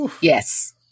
Yes